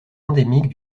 endémique